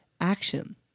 action